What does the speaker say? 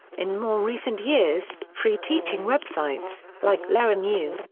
in more recent years, free teaching websites, like lernu,